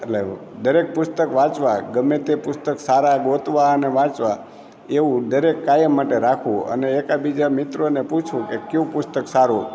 એટલે દરેક પુસ્તક વાંચવા ગમે તે પુસ્તક સારા ગોતવા અને વાંચવા એવું દરેક કાયમ માટે રાખવું અને એકાબીજા મિત્રોને પૂછવું કે કયું પુસ્તક સારું